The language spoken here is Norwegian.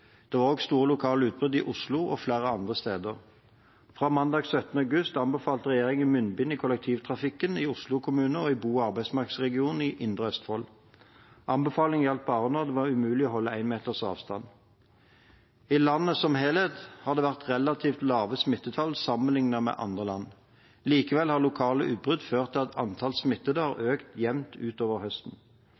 Det var også store lokale utbrudd i Oslo og flere andre steder. Fra mandag 17. august anbefalte regjeringen munnbind i kollektivtrafikken i Oslo kommune og i bo- og arbeidsmarkedsregionen Indre Østfold. Anbefalingen gjaldt bare når det var umulig å holde én meters avstand. I landet som helhet har det vært relativt lave smittetall sammenliknet med andre land. Likevel har lokale utbrudd ført til at antall smittede har økt jevnt utover høsten.